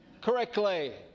correctly